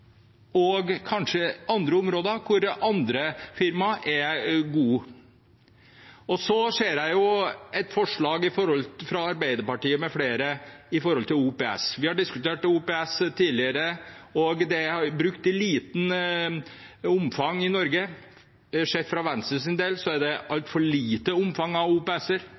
kanskje er andre områder hvor andre firmaer er gode. Jeg ser det er et forslag fra Arbeiderpartiet med flere om OPS. Vi har diskutert OPS tidligere. Det er brukt i lite omfang i Norge. For Venstres del er det et altfor lite omfang av